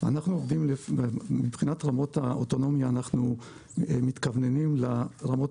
מבחינת רמות האוטונומיה אנחנו מתכווננים לרמות